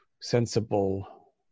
sensible